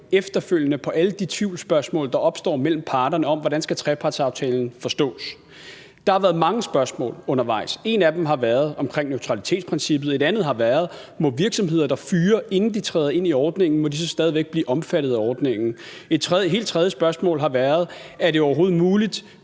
efterfølgende på alle de tvivlsspørgsmål, der opstår mellem parterne om, hvordan trepartsaftalen skal forstås. Der har været mange spørgsmål undervejs. Et af dem har været om neutralitetsprincippet, og et andet har været, om virksomheder, der fyrer, inden de træder ind i ordningen, stadig væk må blive omfattet af ordningen. Et helt tredje spørgsmål har været, om det overhovedet er muligt